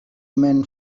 men